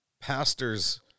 pastors